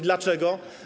Dlaczego?